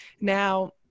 Now